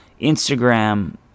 Instagram